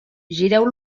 gireu